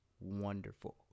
wonderful